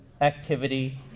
activity